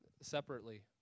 separately